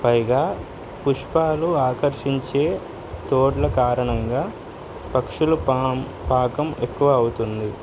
పైగా పుష్పాలు ఆకర్షించే తోడ్ల కారణంగా పక్షులు వ్యాపకం ఎక్కువ అవుతుంది